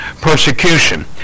persecution